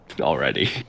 already